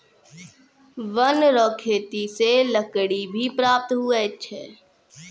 वन रो खेती से लकड़ी भी प्राप्त हुवै छै